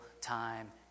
time